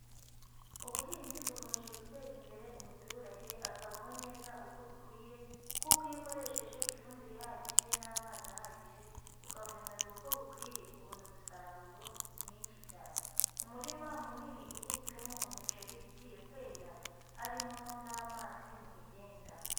Ubuhinzi bukomeje guteza imbere umuturage akabaho neza uko bikwiye kuko iyo ukoresheje ifumbire ihagije n'amazi ahagije, ukavomerara uko bukwiye ubona umusaruro mwinshi cyane. Umurima munini uhinzwemo umuceri ugiye kwera, harimo n'amazi mu migenda.